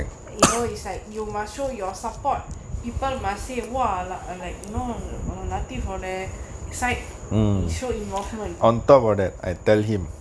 you know it's like you must show your support people must say !whoa! lah like you know latheef ஓட:oda side is sure in offerment